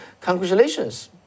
congratulations